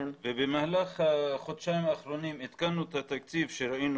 במהלך החודשיים האחרונים הקטנו את התקציב כשראינו